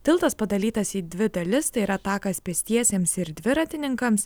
tiltas padalytas į dvi dalis tai yra takas pėstiesiems ir dviratininkams